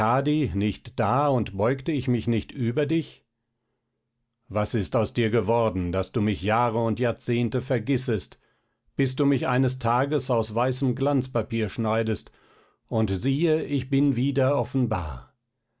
nicht da und beugte ich mich nicht über dich was ist aus dir geworden daß du mich jahre und jahrzehnte vergissest bis du mich eines tages aus weißem glanzpapier schneidest und siehe ich bin wieder offenbar